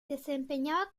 desempeñaba